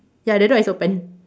ya the door is open